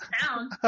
town